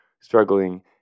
struggling